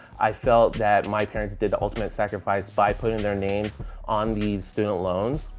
i felt that my parents did the ultimate sacrifice by putting their names on the student loans.